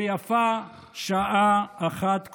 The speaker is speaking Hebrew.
ויפה שעה אחת קודם.